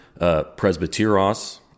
presbyteros